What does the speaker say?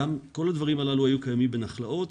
כל הדברים הללו היו קיימים בנחלאות.